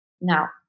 Now